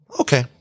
Okay